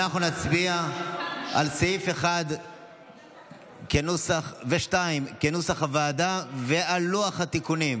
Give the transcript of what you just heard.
אנחנו נצביע על סעיפים 1 ו-2 כנוסח הוועדה ועל לוח התיקונים.